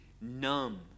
numb